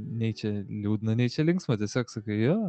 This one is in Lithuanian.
nei čia liūdna nei čia linksma tiesiog sakai jo